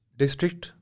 district